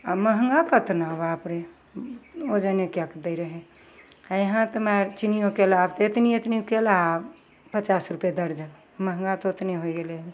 आओर महगा केतना बाप रे वजने कै के दै रहै यहाँ तऽ मारि चिनिओ केला एतनी एतनीगो केला पचास रुपै दर्जन महगा तऽ ओतने हो गेलै हइ